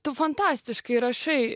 tu fantastiškai rašai